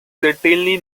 certainly